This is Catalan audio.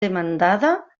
demandada